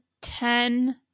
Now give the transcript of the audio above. ten